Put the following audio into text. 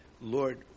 Lord